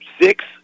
six